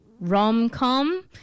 rom-com